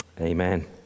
Amen